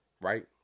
right